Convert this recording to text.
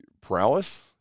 prowess